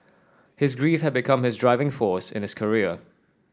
his grief had become his driving force in his career